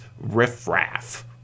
riffraff